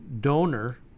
donor